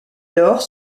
lors